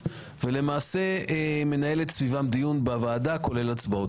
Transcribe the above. ולמעשה מנהלת סביבן דיון בוועדה כולל הצבעות.